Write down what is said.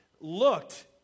looked